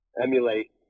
emulate